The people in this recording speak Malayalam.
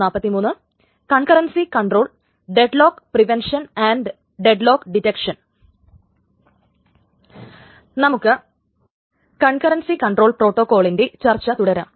നമുക്ക് കൺകറൻസി കൺട്രോൾ പ്രോട്ടോകോളിന്റെ ചർച്ച തുടരാം